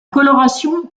coloration